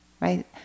Right